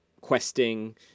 questing